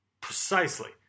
Precisely